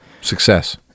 success